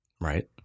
Right